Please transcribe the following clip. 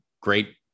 great